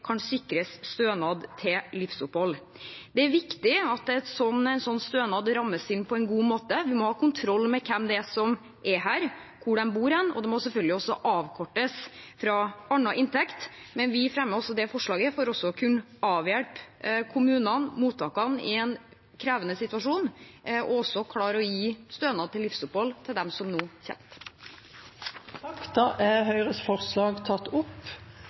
kan sikres stønad til livsopphold. Det er viktig at en sånn stønad rammes inn på en god måte. Vi må ha kontroll med hvem som er her, hvor de bor hen, og det må selvfølgelig også avkortes mot annen inntekt. Vi fremmer det forslaget for å kunne hjelpe kommunene og mottakene i en krevende situasjon, og også for å klare å gi stønad til livsopphold til dem som nå kommer. Representanten Mari Holm Lønseth har tatt opp